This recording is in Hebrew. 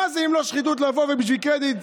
מה זה אם לא שחיתות לבוא ובשביל קרדיט,